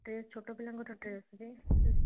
dress ଛୋଟ ପିଲାଙ୍କର dress ବି